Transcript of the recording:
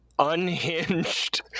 unhinged